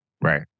Right